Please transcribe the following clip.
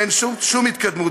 ואין שום התקדמות.